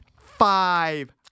five